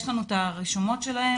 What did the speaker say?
יש לנו את הרשומות שלהם.